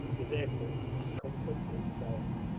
the vehicle was comfort itself.